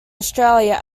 australia